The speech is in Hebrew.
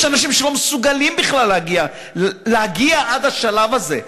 יש אנשים שלא מסוגלים בכלל להגיע עד השלב הזה.